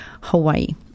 Hawaii